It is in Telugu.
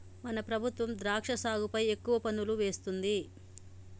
మన ప్రభుత్వం ద్రాక్ష సాగుపై ఎక్కువ పన్నులు వేస్తుంది